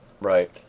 right